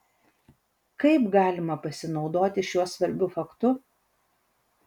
kaip galima pasinaudoti šiuo svarbiu faktu